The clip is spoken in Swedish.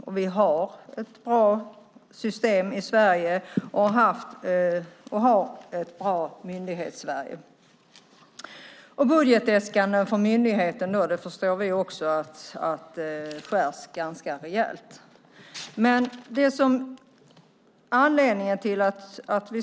Och vi har ett bra system i Sverige och har haft och har ett bra Myndighetssverige. Vi förstår också att det skärs ganska rejält i budgetäskandena från myndigheten.